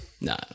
No